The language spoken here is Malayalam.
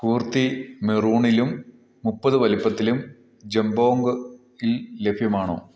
കൂർത്തി മെറൂണിലും മുപ്പത് വലിപ്പത്തിലും ജമ്പോങ്ങില് ലഭ്യമാണോ